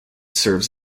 serves